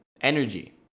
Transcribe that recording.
energy